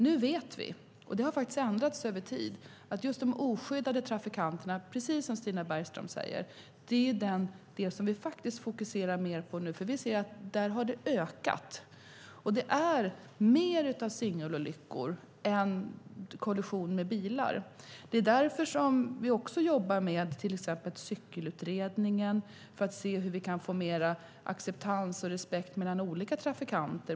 Nu vet vi, och det har ändrats över tid, att de oskyddade trafikanterna är något som vi fokuserar mer på nu, precis som Stina Bergström säger. Det är där det har ökat. Det är mer av singelolyckor än kollision med bilar. Det är därför vi till exempel jobbar med cykelutredningen för att se hur vi kan få mer acceptans och respekt mellan olika trafikanter.